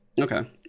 okay